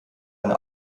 eine